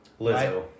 Lizzo